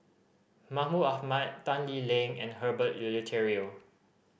Mahmud Ahmad Tan Lee Leng and Herbert Eleuterio